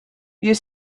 you